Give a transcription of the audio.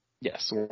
Yes